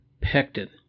pectin